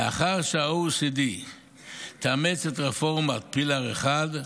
לאחר שה-OECD יאמץ את רפורמת PILLAR1,